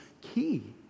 key